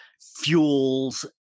fuels